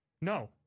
No